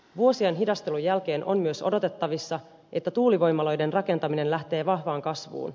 vuosien hidastelun jälkeen on myös odotettavissa että tuulivoimaloiden rakentaminen lähtee vahvaan kasvuun